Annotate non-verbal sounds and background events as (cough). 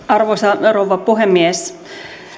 (unintelligible) arvoisa rouva puhemies